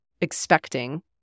expecting –